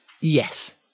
Yes